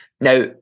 Now